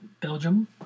Belgium